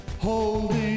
holding